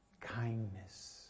kindness